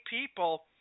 people